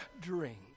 drink